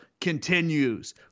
continues